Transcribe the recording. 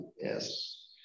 yes